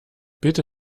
bitte